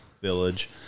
village